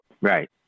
Right